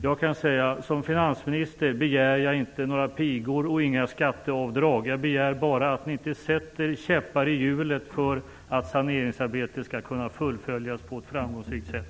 Jag kan säga så här: Som finansminister begär jag inte några pigor och inte några skatteavdrag. Jag begär bara att ni inte sätter käppar i hjulet för ett saneringsarbete som skall kunna fullföljas på ett framgångsrikt sätt.